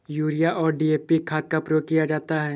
urea और DAP खाद का प्रयोग किया जाता है